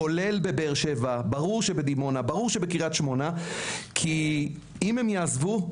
כולל בבאר שבע, כי אם הם יעזבו,